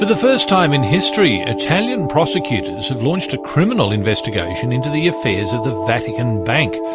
the the first time in history, italian prosecutors have launched a criminal investigation into the affairs of the vatican bank.